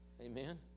amen